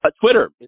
twitter